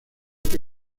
que